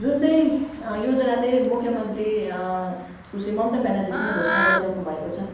जुन चाहिँ योजना चाहिँ मुख्यमन्त्री सुश्री ममता ब्यानर्जीले पनि घोषणा गरिसक्नु भएको छ